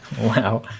wow